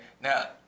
Now